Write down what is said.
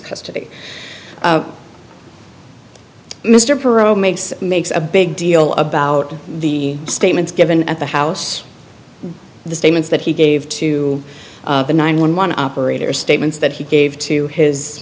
custody mr perot makes makes a big deal about the statements given at the house the statements that he gave to the nine one one operator statements that he gave to his